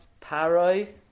Paroi